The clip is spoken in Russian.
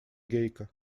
гейка